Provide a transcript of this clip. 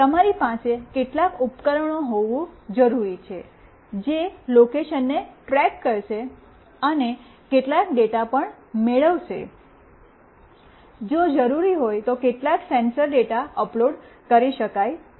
તમારી પાસે કેટલાક ઉપકરણો હોવું જરૂરી છે જે લોકેશન ને ટ્રેક કરશે અને કેટલાક ડેટા પણ મેળવશે જો જરૂરી હોય તો કેટલાક સેન્સર ડેટા અપલોડ કરી શકાય છે